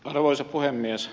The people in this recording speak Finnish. arvoisa puhemies